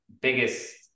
biggest